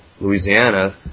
Louisiana